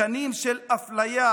שנים של אפליה,